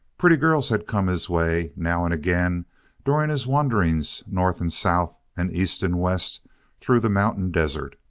pretty girls had come his way now and again during his wanderings north and south and east and west through the mountain deserts.